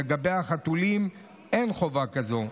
לגבי חתולים אין חובה כזאת.